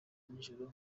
nijoro